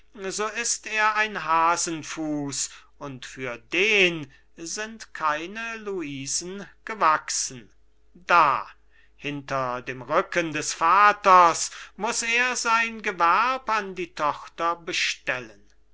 so ist er ein hasenfuß und für den sind keine luisen gewachsen da hinter dem rücken des vaters muß er sein gewerb an die tochter bestellen